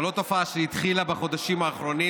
זו לא תופעה שהתחילה בחודשים האחרונים,